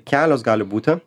kelios gali būti